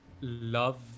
love